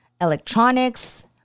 electronics